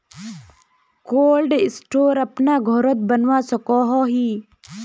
Cold store अपना घोरोत बनवा सकोहो ही?